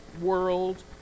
world